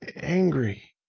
angry